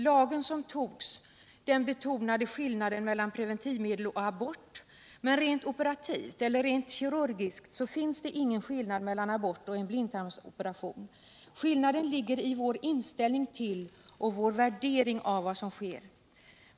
Lagen som antogs betonade skillnaden mellan preventivmedel och abort. Men rent kirurgiskt finns det ingen skillnad mellan abort och en blindtarmsoperation. Skillnaden ligger i vår inställning till och vår värdering av vad som sker.